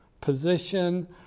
position